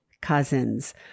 cousins